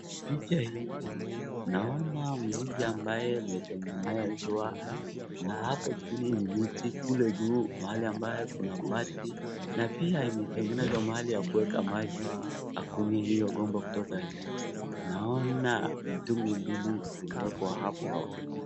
Picha hii naona mzinga ambayo imetengenezwa na hapo chini ni miti kule juu mahali ambapo Kuna bati na pia imetengenezwa mahali pa kuweka maji na kwenye iyo mgomba kutoka hapo naona mitungi mbili imewekwa hapo.